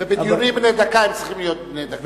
ודיונים בני דקה צריכים להיות בני דקה.